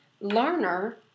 Learner